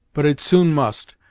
but it soon must,